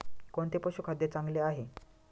कोणते पशुखाद्य चांगले आहे?